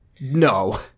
no